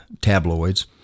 tabloids